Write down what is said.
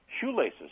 shoelaces